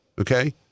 okay